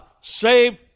saved